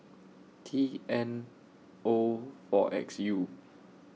T N O four X U